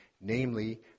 namely